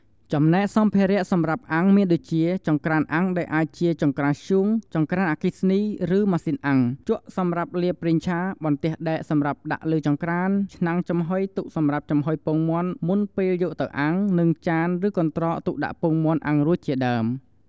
ចំណែកសម្ភារៈសម្រាប់អាំងមានដូចជា ចង្ក្រានអាំងដែលអាចជា ចង្ក្រានធ្យូង ចង្ក្រានអគ្គិសនី ឬម៉ាស៊ីនអាំង, ជក់សម្រាប់លាបប្រេងឆា, បន្ទះដែកសម្រាប់ដាក់លើចង្រ្តាន, ឆ្នាំងចំហុយទុកសម្រាប់ចំហុយពងមាន់មុនពេលយកទៅអាំង, និងចាន ឬកន្ត្រកទុកដាក់ពងមាន់អាំងរួចជាដើម។